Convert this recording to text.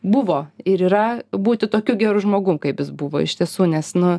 buvo ir yra būti tokiu geru žmogum kaip jis buvo iš tiesų nes nu